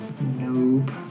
Nope